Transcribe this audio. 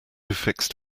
fixed